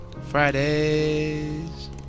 Friday's